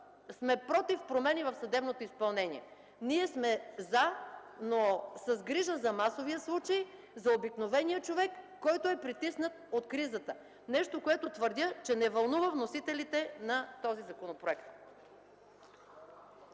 сме против промени в съдебното изпълнение. Ние сме за, но с грижа за масовия случай, за обикновения човек, който е притиснат от кризата. Нещо, което твърдя, че не вълнува вносителите на този законопроект.